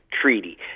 treaty